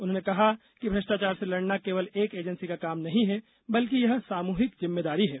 उन्होंने कहा कि भ्रष्टाचार से लडना केवल एक एजेंसी का काम नहीं है बल्कि यह सामूहिक जिम्मेदारी है